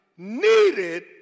needed